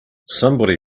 somebody